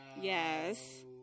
Yes